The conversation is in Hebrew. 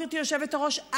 גברתי היושבת-ראש,